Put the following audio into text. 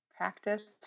Practice